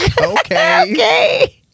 Okay